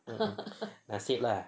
not safe lah